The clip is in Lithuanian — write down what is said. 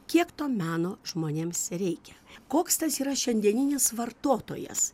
kiek to meno žmonėms reikia koks tas yra šiandieninis vartotojas